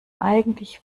eigentlich